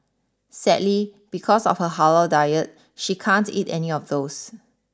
sadly because of her halal diet she can't eat any of those